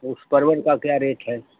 उस परवन का क्या रेट है